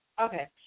okay